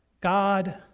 God